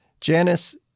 Janice